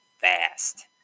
fast